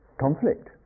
conflict